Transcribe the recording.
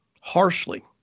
harshly